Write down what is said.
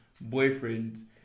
Boyfriend